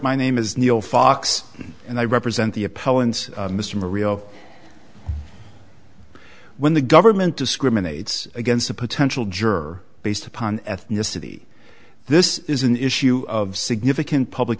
my name is neil fox and i represent the appellant's mr maria of when the government discriminates against a potential juror based upon ethnicity this is an issue of significant public